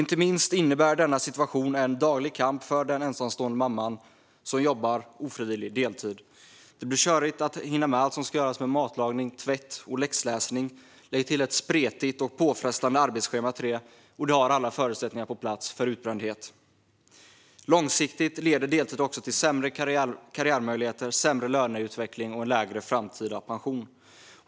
Denna situation innebär inte minst en daglig kamp för den ensamstående mamman som jobbar ofrivillig deltid. Det blir körigt att hinna med allt som ska göras med matlagning, tvätt och läxläsning. Lägg till ett spretigt och påfrestande arbetsschema, och du har alla förutsättningar för utbrändhet på plats. Långsiktigt leder deltid också till sämre karriärmöjligheter, sämre löneutveckling och lägre framtida pension.